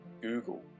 Google